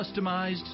customized